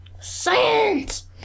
science